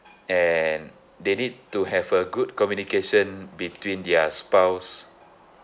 and they need to have a good communication between their spouse